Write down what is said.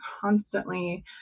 constantly